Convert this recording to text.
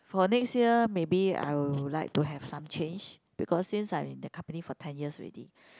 for next year maybe I will like to have some change because since I'm in the company for ten years already